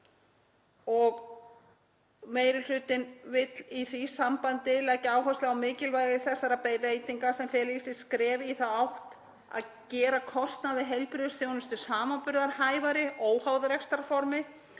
Meiri hlutinn vill í því sambandi leggja áherslu á mikilvægi þessara breytinga sem fela í sér skref í þá átt að gera kostnað við heilbrigðisþjónustu samanburðarhæfari óháð rekstrarformi